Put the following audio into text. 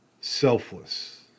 selfless